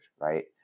right